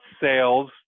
sales